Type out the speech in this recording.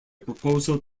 proposal